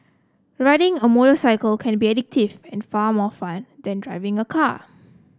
riding a motorcycle can be addictive and far more fun than driving a car